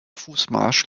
fußmarsch